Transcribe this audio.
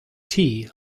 tea